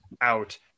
out